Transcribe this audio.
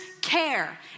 care